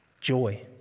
joy